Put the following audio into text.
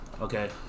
Okay